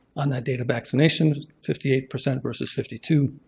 on that date of vaccination. fifty eight percent versus fifty two,